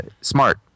smart